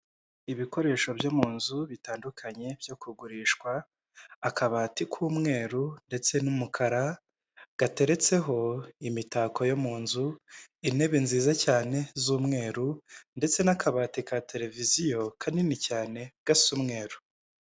Ibikoresho byo mu nzu bitandukanye byo kugurishwa, akabati k'umweru ndetse n'umukara gateretseho imitako yo mu nzu, intebe nziza cyane z'umweru ndetse n'akabati ka televiziyo kanini cyane, gasa umweru.